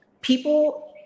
people